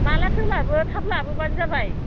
माब्लाथो लाबोयो थाब लाबोबानो जाबाय